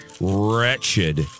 wretched